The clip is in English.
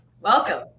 Welcome